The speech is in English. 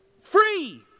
Free